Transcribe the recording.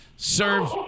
Serve